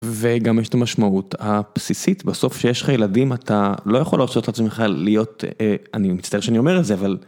וגם יש את המשמעות הבסיסית בסוף שיש לך ילדים אתה לא יכול לעשות את עצמך להיות אני מצטער שאני אומר את זה אבל.